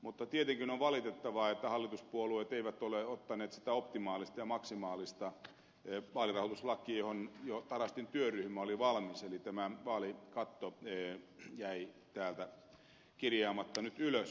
mutta tietenkin on valitettavaa että hallituspuolueet eivät ole ottaneet sitä optimaalista ja maksimaalista vaalirahoituslakia johon tarastin työryhmä oli valmis eli tämä vaalikatto jäi täältä nyt kirjaamatta ylös